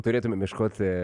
turėtumėm ieškoti